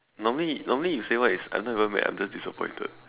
normally normally you say what is I'm not even mad I'm just disappointed